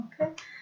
Okay